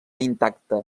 intacta